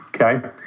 Okay